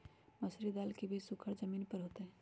मसूरी दाल के बीज सुखर जमीन पर होतई?